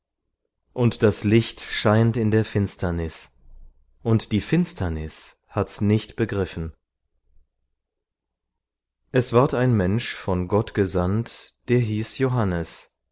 und das licht scheint in der finsternis und die finsternis hat's nicht begriffen es ward ein mensch von gott gesandt der hieß johannes